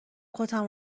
کتم